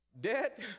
Debt